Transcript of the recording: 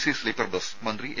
C sleeper bus മന്ത്രി A